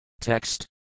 Text